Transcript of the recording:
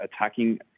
attacking